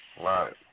Right